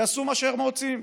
יעשו מה שהם רוצים.